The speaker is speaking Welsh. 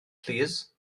plîs